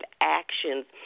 actions